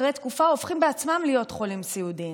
אחרי תקופה, הופכים בעצמם להיות חולים סיעודיים.